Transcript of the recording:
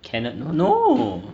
cana~ no